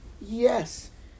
Yes